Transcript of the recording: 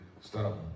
stop